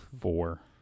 four